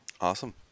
awesome